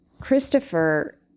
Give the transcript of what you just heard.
christopher